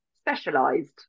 specialized